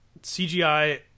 CGI